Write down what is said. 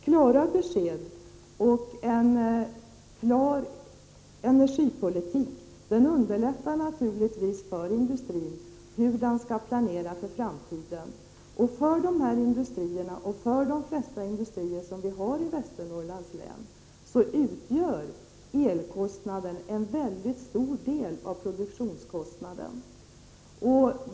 Klara besked och en tydlig energipolitik underlättar naturligtvis för industrins planering för framtiden. För de flesta industrierna i Västernorrlands län utgör elkostnaden en mycket stor del av produktionskostnaden.